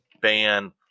ban